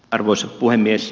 arvoisa puhemies